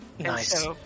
nice